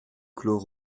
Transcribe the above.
clos